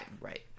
right